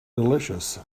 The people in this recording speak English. delicious